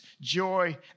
joy